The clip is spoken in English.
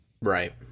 Right